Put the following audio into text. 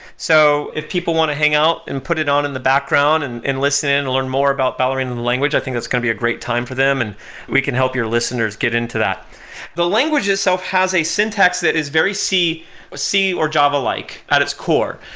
so if people want to hang out and put it on in the background and listen in and learn more about ballerina and the language, i think that's going to be a great time for them and we can help your listeners get into that the language itself has a syntax that is very c c or java-like at its core.